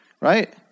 right